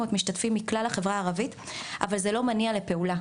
משתתפים מהחברה הערבית אבל זה לא מניע לפעולה,